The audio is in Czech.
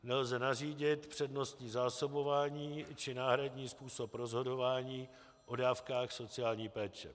Nelze nařídit přednostní zásobování či náhradní způsob rozhodování o dávkách sociální péče.